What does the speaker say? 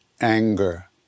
anger